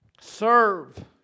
serve